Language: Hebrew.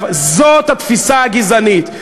זאת התפיסה הגזענית.